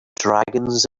dragons